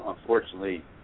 unfortunately